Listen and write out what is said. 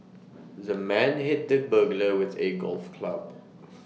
the man hit the burglar with A golf club